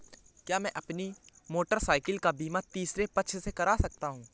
क्या मैं अपनी मोटरसाइकिल का बीमा तीसरे पक्ष से करा सकता हूँ?